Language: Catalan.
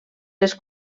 les